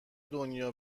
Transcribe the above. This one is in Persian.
دنیا